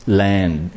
land